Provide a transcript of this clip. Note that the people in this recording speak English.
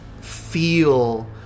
feel